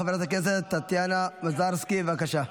חברת הכנסת טטיאנה מזרסקי בבקשה.